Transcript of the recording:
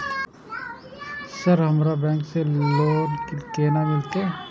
Sir हमरा bank से loan केना मिलते?